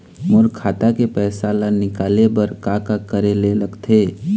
मोर खाता के पैसा ला निकाले बर का का करे ले लगथे?